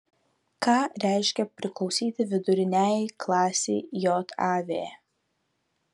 ką reiškia priklausyti viduriniajai klasei jav